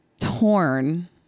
torn